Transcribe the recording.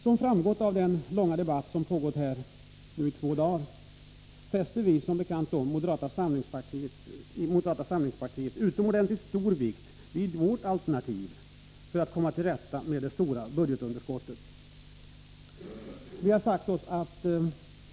Som framgått av den långa debatt som nu pågått i två dagar fäster vi i moderata samlingspartiet utomordentligt stor vikt vid vårt alternativ för att komma till rätta med det stora budgetunderskottet.